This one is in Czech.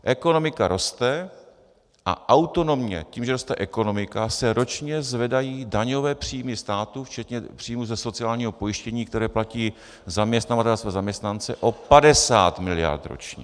Ekonomika roste a autonomně tím, že roste ekonomika, se ročně zvedají daňové příjmy státu včetně příjmů ze sociálního pojištění, které platí zaměstnavatel na své zaměstnance, o 50 mld. ročně.